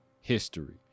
history